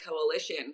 Coalition